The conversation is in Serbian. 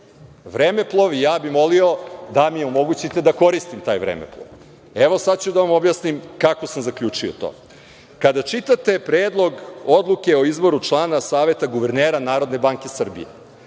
vremeplov. Ja bih molio da mi omogućite da koristim taj vremeplov. Evo, sad ću da vam objasnim kako sam zaključio to. Kada čitate Predlog odluke o izboru člana Saveta guvernera Narodne banke Srbije,